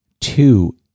Two